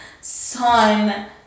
son